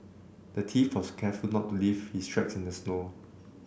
the thief was careful to not leave his tracks in the snow